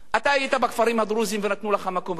אתה היית בכפרים הדרוזיים ונתנו לך מקום ראשון.